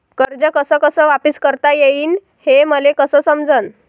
कर्ज कस कस वापिस करता येईन, हे मले कस समजनं?